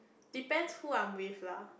depends who I'm with lah